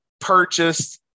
purchased